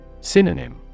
Synonym